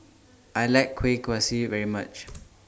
I like Kueh Kaswi very much